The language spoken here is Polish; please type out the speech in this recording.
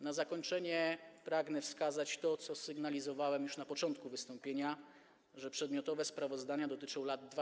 Na zakończenie pragnę wskazać to, co sygnalizowałem już na początku wystąpienia, że przedmiotowe sprawozdania dotyczą lat 2015–2016.